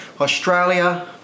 australia